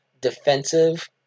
defensive